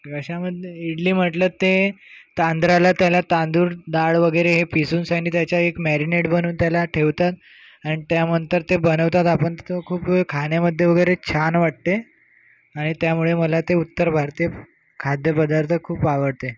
कशामध्ये इडली म्हटलं ते तांदळाला त्याला तांदूळ डाळ वगैरे हे पिसूनशनी त्याच्या एक मॅरिनेट बनवून त्याला ठेवतात आणि त्यानंतर ते बनवतात आपण ते खूप वेळ खाण्यामध्ये वगैरे छान वाटते आणि त्यामुळे मला ते उत्तर भारतीय खाद्यपदार्थ खूप आवडते